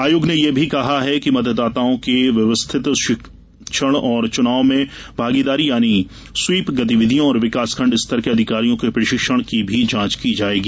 आयोग ने यह भी कहा है कि मतदाताओं के व्यवस्थित शिक्षण और चुनाव में भागीदारी यानी स्वीप गतिविधियों और विकासखंड स्तर के अधिकारियों के प्रशिक्षण की भी जांच की जायेगी